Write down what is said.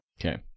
Okay